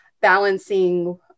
balancing